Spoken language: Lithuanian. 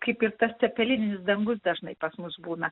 kaip ir tas cepelininis dangus dažnai pas mus būna